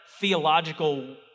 theological